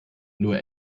nur